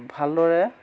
ভালদৰে